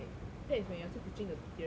that is when you're still teaching a theory part